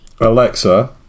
Alexa